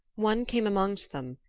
one came amongst them,